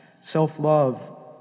self-love